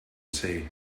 see